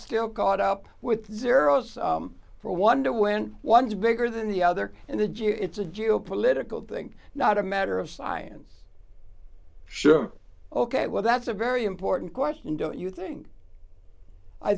still caught up with zeroes for wonder when one is bigger than the other and the g it's a geo political thing not a matter of science sure ok well that's a very important question don't you think i